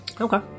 Okay